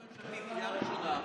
או ממשלתית בקריאה ראשונה,